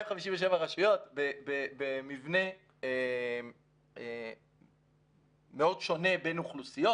257 רשויות במבנה מאוד שונה בין אוכלוסיות.